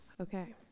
Okay